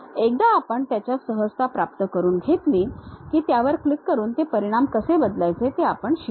एकदा आपण त्याच्यात सहजता प्राप्त करून घेतली की त्यावर क्लिक करून ते परिमाण कसे बदलायचे ते आपण शिकू